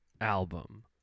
album